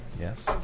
yes